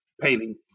painting